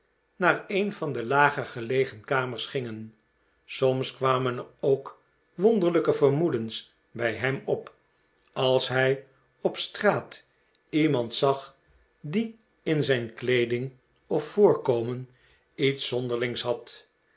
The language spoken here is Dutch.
naar een van de lager gelegen kamers gingen soms kwamen er ook wonderlijke vermoedens bij hem op als hij op straat iemand zag die in zijn kleeding of voorkomen iets zonderlings had